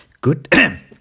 good